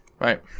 Right